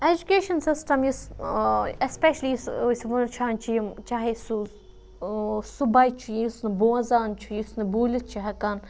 education system یُس especially یُس أسۍ وٕچھان چھِ یِم چاہے سُہ سُہ بَچہِ چھُ یُس نہٕ بوزان چھُ یُس نہٕ بولِتھ چھُ ہیٚکان